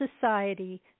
society